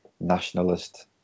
nationalist